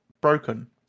broken